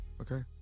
Okay